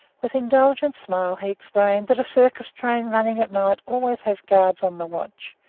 with indulgent smile, he explained that a circus train running at night always has guards on the watch,